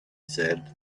said